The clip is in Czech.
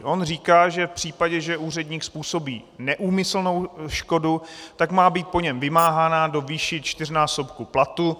On říká, že v případě, že úředník způsobí neúmyslnou škodu, tak má být po něm vymáhána do výše čtyřnásobku platu.